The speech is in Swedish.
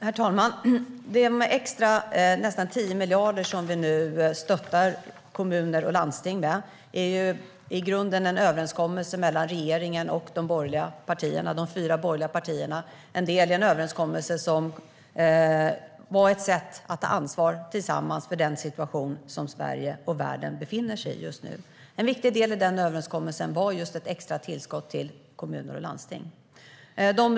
Herr talman! Det är med nästan 10 miljarder extra som vi nu stöttar kommuner och landsting. Det är i grunden en del i en överenskommelse mellan regeringen och de fyra borgerliga partierna som var ett sätt att tillsammans ta ansvar för den situation som Sverige och världen befinner sig i just nu. En viktig del i den överenskommelsen var just ett extra tillskott till kommuner och landsting.